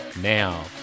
Now